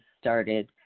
started